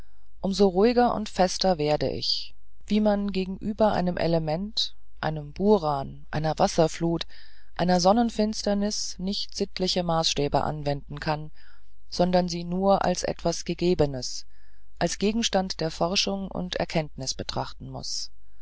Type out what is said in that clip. so ruhiger und fester werde ich wie man gegenüber einem element einem buran einer wasserflut einer sonnenfinsternis nicht sittliche maßstäbe anwenden kann sondern sie nur als etwas gegebenes als gegenstand der forschung und erkenntnis betrachten muß